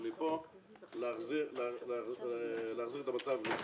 הבקשה שלי כאן היא להחזיר את המצב למצב שהיה